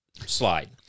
slide